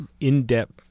in-depth